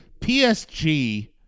PSG